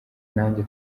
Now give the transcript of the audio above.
nanjye